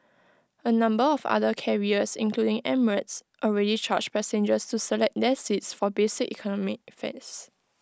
A number of other carriers including emirates already charge passengers to select their seats for basic economy fares